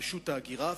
רשות ההגירה,